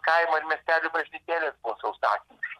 kaimo ir miestelio bažnytėlės buvo sausakimša